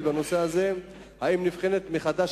שאלה שלישית בנושא הזה: האם נבחנת מחדש